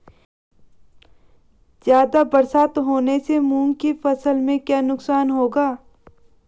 ज़्यादा बरसात होने से मूंग की फसल में क्या नुकसान होगा?